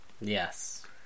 Yes